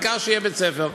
העיקר שיהיה בית-ספר.